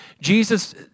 Jesus